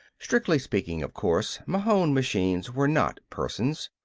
strictly speaking, of course, mahon machines were not persons.